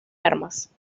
armas